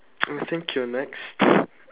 I think you're next